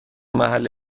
محل